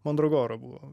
mandragora buvo